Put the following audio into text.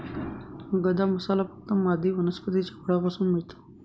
गदा मसाला फक्त मादी वनस्पतीच्या फळापासून मिळतो